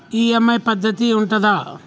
EMI పద్ధతి ఉంటదా?